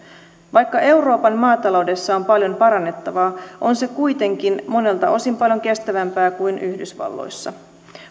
vaikka euroopan maataloudessa on paljon parannettavaa on se kuitenkin monelta osin paljon kestävämpää kuin yhdysvalloissa